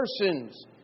persons